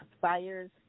fires